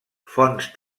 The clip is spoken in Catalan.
fonts